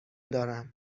دارم